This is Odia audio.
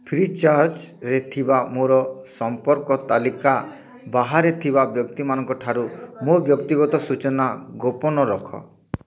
ଫ୍ରିଚାର୍ଜରେ ଥିବା ମୋର ସମ୍ପର୍କ ତାଲିକା ବାହାରେ ଥିବା ବ୍ୟକ୍ତିମାନଙ୍କଠାରୁ ମୋ ବ୍ୟକ୍ତିଗତ ସୂଚନା ଗୋପନ ରଖ